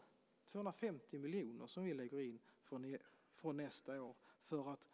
Vi lägger in 250 miljoner från nästa år för att